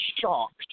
shocked